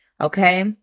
Okay